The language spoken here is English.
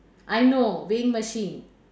I know weighing machine